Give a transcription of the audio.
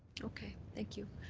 okay. thank you.